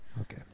Okay